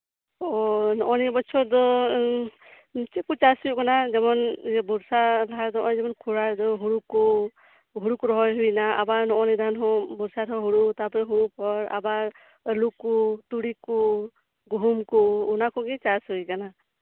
ᱚᱻ ᱱᱚᱜ ᱚᱭ ᱱᱤᱭᱟᱹ ᱵᱚᱪᱷᱚᱨ ᱫᱚ ᱪᱮᱜ ᱠᱚ ᱪᱟᱥ ᱦᱩᱭᱩᱜ ᱠᱟᱱᱟ ᱡᱮᱢᱚᱱ ᱵᱚᱨᱥᱟ ᱟᱫᱷᱟᱨ ᱫᱚ ᱱᱚᱜ ᱚᱭ ᱡᱮᱢᱚᱱ ᱠᱚᱲᱟᱭ ᱦᱩᱲᱩ ᱠᱚ ᱦᱩᱲᱩ ᱠᱚ ᱨᱚᱦᱚᱭ ᱦᱩᱭ ᱱᱟ ᱟᱵᱟᱨ ᱱᱚᱜ ᱚᱭ ᱱᱤᱭᱟᱹ ᱫᱷᱟᱱ ᱦᱚᱸ ᱵᱚᱨᱥᱟᱨᱮ ᱦᱩᱲᱩ ᱛᱟᱯᱚᱨᱮ ᱦᱩᱲᱩ ᱯᱚᱨ ᱟᱵᱟᱨ ᱟᱞᱩ ᱠᱚ ᱛᱩᱲᱤ ᱠᱚ ᱜᱩᱦᱩᱢ ᱠᱚ ᱚᱱᱟ ᱠᱚᱜᱮ ᱪᱟᱥ ᱦᱩᱭ ᱠᱟᱱᱟ